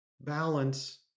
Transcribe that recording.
balance